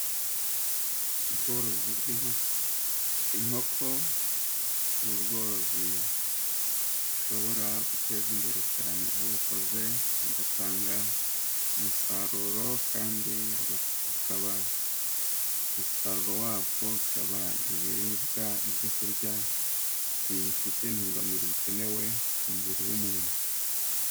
Ubworozi bw'inkoko , inkoko ni ubworozi bushobora guteza imbere cyane ubukoze , bugatanga umusaruro , kandi bukaba umusaruro wabwo ukaba ibiribwa , ibyo kurya bifite intungamubiri zikenewe ku mubiri w'umuntu .